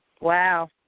Wow